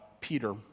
Peter